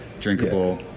drinkable